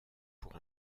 pour